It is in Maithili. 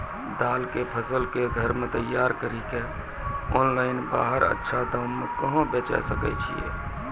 दाल के फसल के घर मे तैयार कड़ी के ऑनलाइन बाहर अच्छा दाम मे कहाँ बेचे सकय छियै?